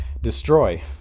destroy